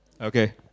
Okay